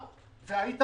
זה עובר ישירות למועצה.